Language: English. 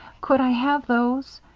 could i have those?